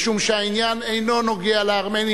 משום שהעניין אינו נוגע לארמנים,